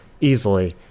Easily